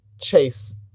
Chase